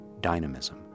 dynamism